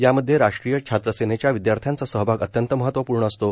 यामध्ये राष्ट्रीय छात्रसेनेच्या विदयार्थ्यांचा सहभाग अत्यंत महत्वपूर्ण असतो